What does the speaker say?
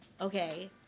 okay